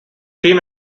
team